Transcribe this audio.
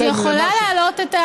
את יכולה להעלות,